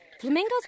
Flamingos